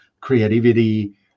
creativity